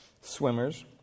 swimmers